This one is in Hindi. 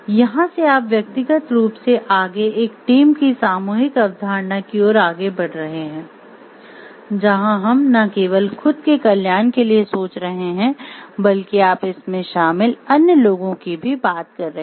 यहां से आप व्यक्तिगत रूप से आगे एक टीम की सामूहिक अवधारणा की ओर आगे बढ़ रहे हैं जहां हम न केवल खुद के कल्याण के लिए सोच रहे हैं बल्कि आप इसमें शामिल अन्य लोगों की भी बात कर रहे हैं